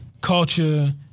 Culture